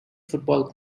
football